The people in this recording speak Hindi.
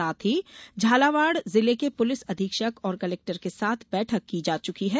साथ ही झालावाड जिले के पुलिस अधीक्षक और कलेक्टर के साथ बैठक की जा चुकी है